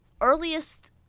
earliest